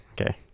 Okay